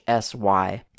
sy